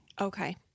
Okay